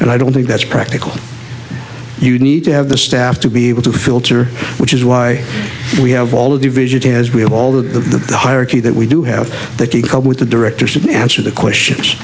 and i don't think that's practical you need to have the staff to be able to filter which is why we have all divisions as we have all the hierarchy that we do have that to cope with the director should answer the question